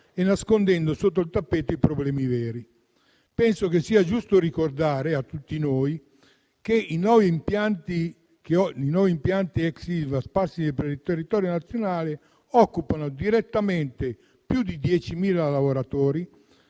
e nasconde sotto il tappeto i problemi veri. Penso sia giusto ricordare a tutti noi che i nuovi impianti ex Ilva sparsi nel territorio nazionale occupano direttamente più di diecimila lavoratori